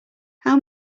how